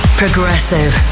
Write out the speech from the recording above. progressive